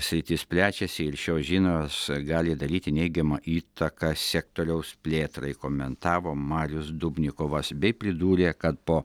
sritys plečiasi ir šios žinios gali daryti neigiamą įtaką sektoriaus plėtrai komentavo marius dubnikovas bei pridūrė kad po